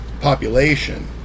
population